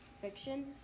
fiction